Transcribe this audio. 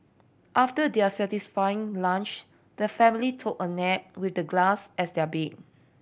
after their satisfying lunch the family took a nap with the grass as their bed